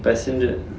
passenger